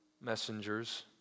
messengers